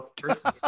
first